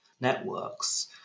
networks